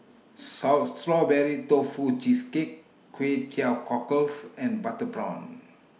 Strawberry Tofu Cheesecake Kway Teow Cockles and Butter Prawn